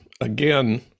again